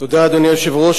אדוני היושב-ראש,